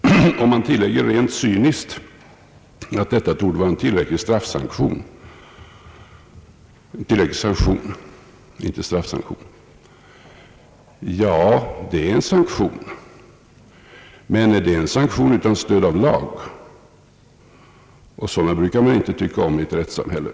Man tillägger rent cyniskt, att detta torde vara »en tillräcklig sanktion». Ja, det är en sanktion — även om det inte är en straffsanktion — men utan stöd av lagen, och sådana brukar man inte tycka om i ett rättssamhälle.